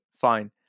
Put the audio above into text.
fine